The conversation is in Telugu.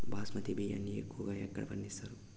బాస్మతి బియ్యాన్ని ఎక్కువగా ఎక్కడ పండిస్తారు?